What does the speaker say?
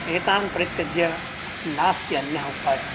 एतान् परित्यज्य नास्ति अन्यः उपायः